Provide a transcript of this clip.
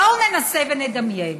בואו ננסה ונדמיין.